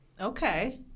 Okay